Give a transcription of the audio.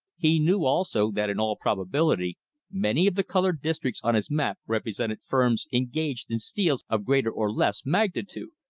he knew, also, that in all probability many of the colored districts on his map represented firms engaged in steals of greater or less magnitude.